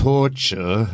Torture